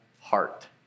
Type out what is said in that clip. heart